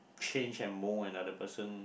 change and mold another person